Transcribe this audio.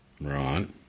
Right